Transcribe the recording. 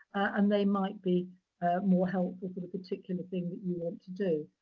and they might be more helpful for the particular thing that you want to do.